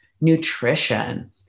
nutrition